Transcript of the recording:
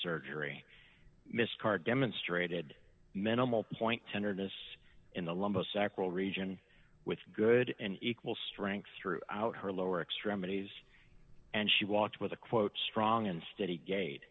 surgery miss carr demonstrated minimal point tenderness in the lumbosacral region with good and equal strength throughout her lower extremities and she walked with a quote strong unsteady ga